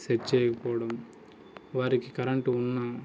set చెయ్యకపోవడం వారికి current ఉన్నా